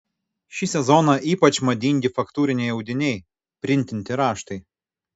šį sezoną ypač madingi faktūriniai audiniai printinti raštai